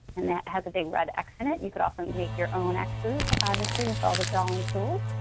and that has a big red x in it. you could also and make your own x's, obviously, with all the drawing tools.